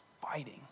fighting